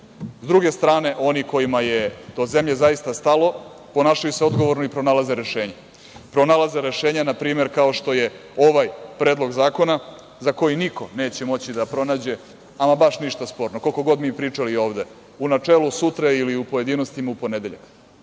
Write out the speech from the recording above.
druge strane, oni kojima je do zemlje zaista stalo ponašaju se odgovorno i pronalaze rešenje. Pronalaze rešenje, na primer, kao što je ovaj Predlog zakona za koji neće moći da pronađe ama baš ništa sporno koliko god mi pričali ovde u načelu sutra ili u pojedinostima u ponedeljak,